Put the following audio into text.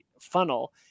funnel